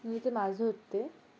নদীতে মাছ ধরতে